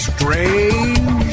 Strange